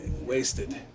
wasted